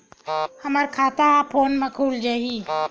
हमर खाता ह फोन मा खुल जाही?